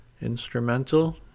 instrumental